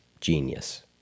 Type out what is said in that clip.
genius